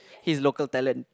he's local talent